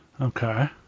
Okay